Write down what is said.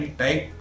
type